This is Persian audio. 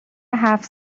هفت